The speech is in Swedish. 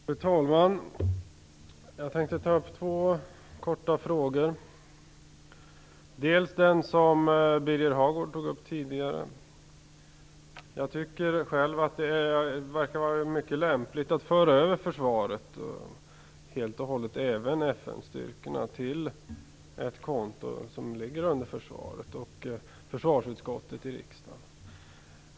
Fru talman! Jag tänker ta upp två korta frågor. Den ena frågan gäller det som Birger Hagård tog upp. Jag tycker själv att det verkar vara mycket lämpligt att föra över hela försvaret och även FN-styrkorna till ett konto som ligger under försvarsutskottet i riksdagen.